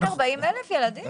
רק 40,000 ילדים?